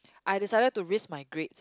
I decided to risk my grades